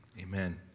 Amen